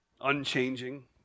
unchanging